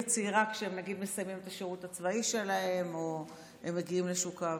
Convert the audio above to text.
ולצעירה כשהם מסיימים את השירות הצבאי שלהם או מגיעים לשוק העבודה.